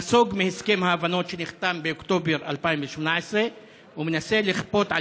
נסוג מהסכם ההבנות שנחתם באוקטובר 2018 ומנסה לכפות על